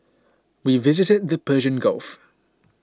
we visited the Persian Gulf